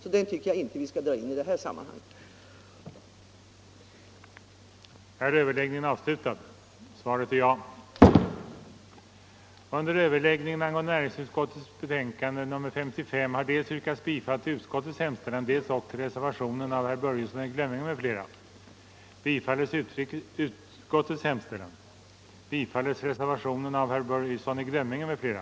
Jag tycker inte att vi skall dra in den parlamentariska nämnden i detta sammanhang.